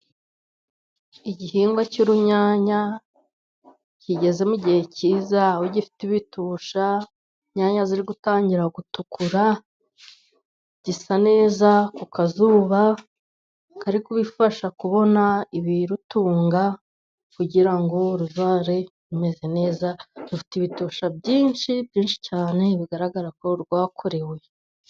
Igihingwa cy'urunyanya kigeze mu gihe cyiza, aho gifite ibitusha, inyanya ziri gutangira gutukura, gisa neza ku kazuba kari kubifasha kubona ibirutunga, kugira ngo ruzabe rumeze neza. Rufite ibitusha byinshi byinshi cyane bigaragara ko rwakorewe.